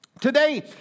Today